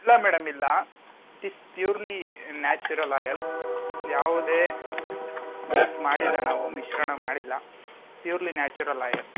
ಇಲ್ಲ ಮೇಡಮ್ ಇಲ್ಲ it's purely natural oil ಯಾವುದೇ ಮಿಕ್ಸ್ ಮಾಡಿಲ್ಲ ನಾವು ಮಿಶ್ರಣ ಮಾಡಿಲ್ಲ ಪ್ಯೂರ್ಲಿ ನ್ಯಾಚುರಲ್ ಆಯಲ್